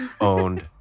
owned